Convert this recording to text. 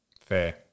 fair